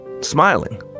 smiling